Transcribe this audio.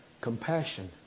Compassion